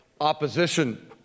opposition